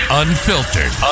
unfiltered